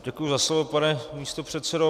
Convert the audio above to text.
Děkuji za slovo, pane místopředsedo.